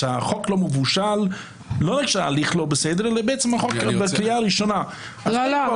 נחליט שזה בסדר לנו?